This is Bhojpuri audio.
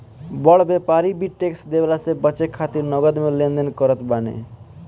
बड़ व्यापारी भी टेक्स देवला से बचे खातिर नगद में लेन देन करत बाने